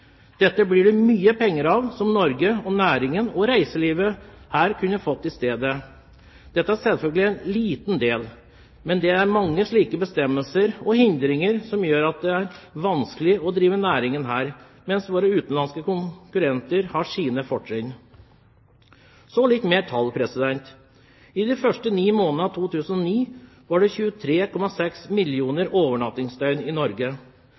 Dette blir det mye penger av, som Norge, næringen og reiselivet her kunne fått i stedet. Dette er selvfølgelig en liten del, men det er mange slike bestemmelser og hindringer som gjør at det er vanskelig å drive næring her, mens våre utenlandske konkurrenter har sine fortrinn. Så noen flere tall. I de første ni månedene av 2009 var det 23,6 mill. overnattingsdøgn i Norge.